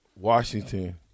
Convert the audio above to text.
Washington